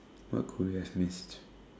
what could we have missed